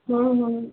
ହୁଁ ହୁଁ